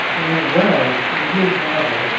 and wells in his novel,